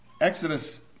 Exodus